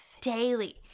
daily